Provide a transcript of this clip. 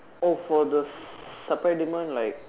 oh for the supply demand like